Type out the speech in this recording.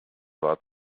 war